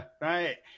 right